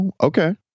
Okay